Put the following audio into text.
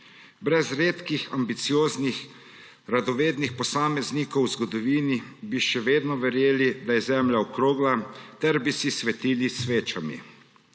Brez redkih ambicioznih radovednih posameznikov v zgodovini bi še vedno verjeli, da je Zemlja okrogla ter bi si svetili s svečami.